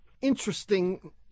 interesting